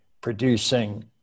producing